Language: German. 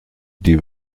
die